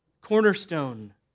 cornerstone